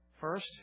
First